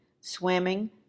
swimming